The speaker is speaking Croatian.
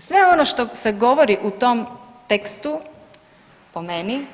Sve ono što se govori u tom tekstu, po meni,